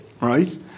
right